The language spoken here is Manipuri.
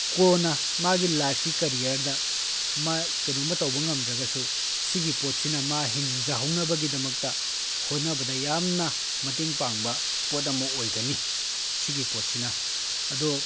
ꯀꯣꯟꯅ ꯃꯥꯒꯤ ꯂꯥꯏꯐꯀꯤ ꯀꯔꯤꯌꯔꯗ ꯃꯥ ꯀꯔꯤꯅꯣꯝꯃ ꯇꯧꯕ ꯉꯝꯗ꯭ꯔꯒꯁꯨ ꯁꯤꯒꯤ ꯄꯣꯠꯁꯤꯅ ꯃꯥ ꯍꯤꯡꯖꯍꯧꯅꯕꯒꯤꯗꯃꯛꯇ ꯍꯣꯠꯅꯕꯗ ꯌꯥꯝꯅ ꯃꯇꯦꯡ ꯄꯥꯡꯕ ꯄꯣꯠ ꯑꯃ ꯑꯣꯏꯒꯅꯤ ꯁꯤꯒꯤ ꯄꯣꯠꯁꯤꯅ ꯑꯗꯣ